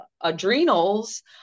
adrenals